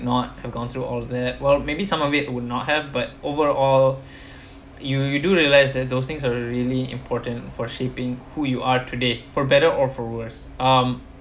not have gone through all of that maybe some of it would not have but overall you you do realize that those things are really important for shaping who you are today for better or for worse um